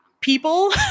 people